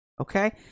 okay